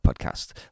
podcast